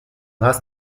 hast